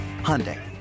Hyundai